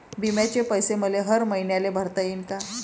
बिम्याचे पैसे मले हर मईन्याले भरता येईन का?